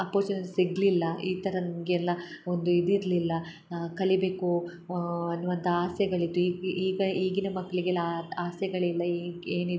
ಅಪೋಶನ್ ಸಿಗಲಿಲ್ಲ ಈ ಥರ ನಮ್ಗೆ ಎಲ್ಲಾ ಒಂದು ಇದು ಇರಲಿಲ್ಲ ಕಲಿಬೇಕು ಅನ್ನುವಂಥ ಆಸೆಗಳಿತ್ತು ಈಗ ಈಗಿನ ಮಕ್ಕಳಿಗೆಲ್ಲ ಆ ಆಸೆಗಳಿಲ್ಲ ಈಗ ಏನು ಇದ್ದರು